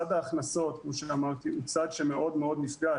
צד ההכנסות כמו שאמרתי הוא צד שמאוד מאוד נפגע.